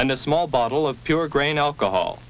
and a small bottle of pure grain alcohol